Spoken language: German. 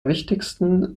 wichtigsten